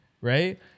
right